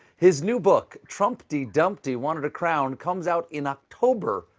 his new book trumpty dumpty wanted a crown comes out in october.